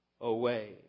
away